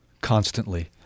Constantly